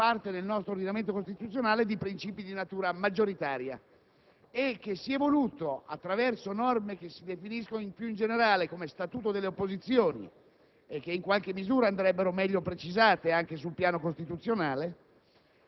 sono nate a seguito dell'introduzione, nel nostro sistema politico, e in parte nel nostro ordinamento costituzionale, di princìpi di natura maggioritaria, e che si è voluto, attraverso norme che si definiscono, più in generale, come statuto delle opposizioni